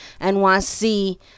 NYC